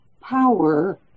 power